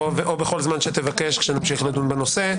או בכל זמן שתבקש כשנמשיך לדון בנושא.